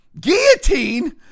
guillotine